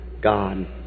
God